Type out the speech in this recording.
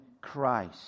Christ